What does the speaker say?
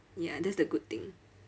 ya that's the good thing